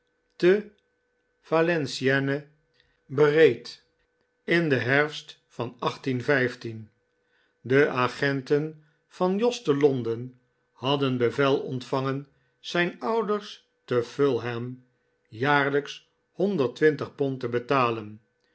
te valenciennes bereed in den herfst van de agenten van jos te londen hadden bevel ontvangen zijn ouders te fulham jaarlijks honderd twintig pond uit te betalen